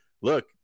look